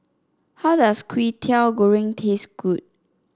how does Kwetiau Goreng taste good